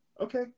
Okay